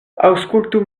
aŭskultu